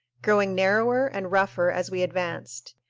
growing narrower and rougher as we advanced.